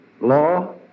law